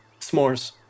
s'mores